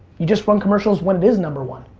you just run commercials when it is number one.